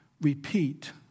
repeat